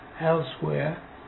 elsewhere